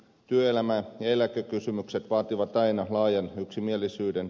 työelämä ja eläkekysymykset vaativat aina laajan yksimielisyyden